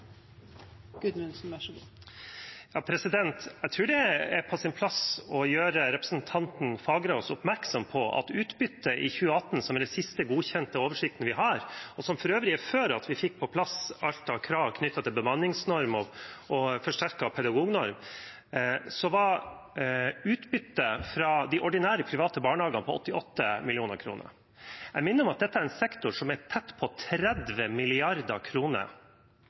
siste godkjente oversikten vi har, og som for øvrig er fra før vi fikk på plass alt av krav knyttet til bemanningsnorm og forsterket pedagognorm, var utbyttet fra de ordinære private barnehagene på 88 mill. kr. Jeg minner om at dette er en sektor som er tett på 30